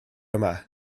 yma